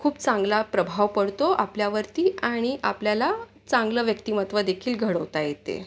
खूप चांगला प्रभाव पडतो आपल्यावरती आणि आपल्याला चांगलं व्यक्तिमत्व देखील घडवता येते